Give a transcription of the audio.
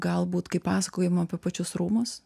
galbūt kaip pasakojimą apie pačius rūmus